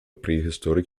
prehistoric